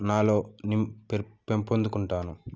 నాలో నిమ్ పెం పెంపొందుకుంటాను